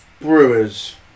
Brewers